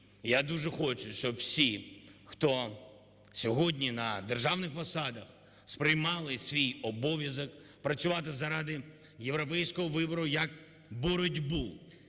Я дуже хочу, щоб всі, хто сьогодні на державних посадах, сприймали свій обов'язок працювати заради європейського вибору, як боротьбу